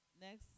Next